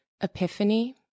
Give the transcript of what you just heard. epiphany